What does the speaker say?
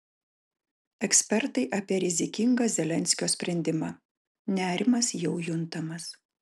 ekspertai apie rizikingą zelenskio sprendimą nerimas jau juntamas